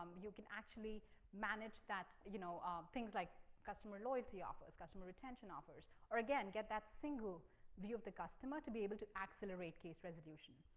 um you can actually manage you know um things like customer loyalty offers, customer retention offers, or again get that single view of the customer to be able to accelerate case resolution.